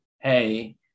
hey